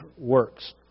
works